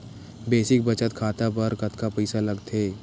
Basic बचत खाता बर कतका पईसा लगथे?